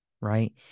right